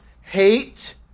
hate